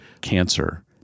cancer